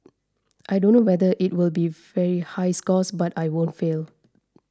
I don't know whether it'll be very high scores but I won't fail